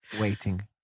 waiting